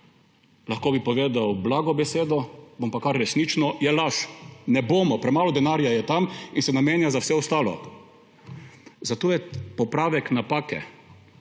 lahko bi povedal blago besedo, bom pa kar resnično – je laž. Ne bomo, premalo denarja je tam in se namenja za vse ostalo. Zato je popravek napake